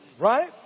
Right